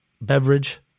beverage